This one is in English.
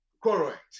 Correct